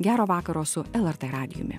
gero vakaro su lrt radijumi